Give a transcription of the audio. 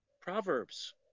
Proverbs